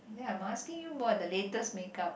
ya must asking you brought the latest makeup